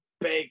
big